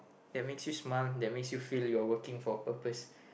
that makes you smile that makes you feel you're working for a purpose